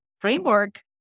framework